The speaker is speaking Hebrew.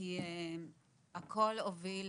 כי הכול הוביל,